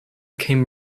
came